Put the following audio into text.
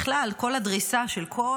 בכלל, הדריסה של כל